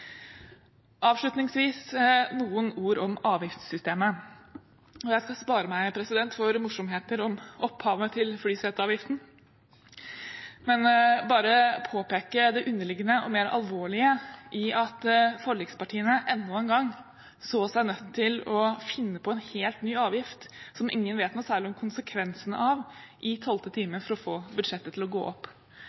Avslutningsvis noen ord om avgiftssystemet, og jeg skal spare meg for morsomheter om opphavet til flyseteavgiften, men bare påpeke det underliggende og mer alvorlige i at forlikspartiene enda en gang så seg nødt til å finne på en helt ny avgift som ingen vet noe særlig om konsekvensen av, i tolvte time for å få budsjettet til å gå opp.